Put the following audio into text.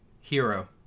Hero